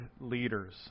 Leaders